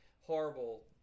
horrible